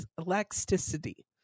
elasticity